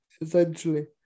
essentially